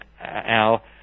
Al